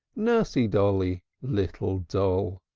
nursy dolly, little doll!